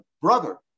brother